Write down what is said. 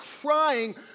crying